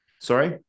Sorry